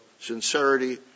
sincerity